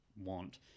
want